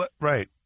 Right